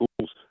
schools